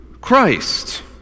Christ